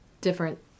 Different